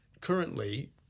Currently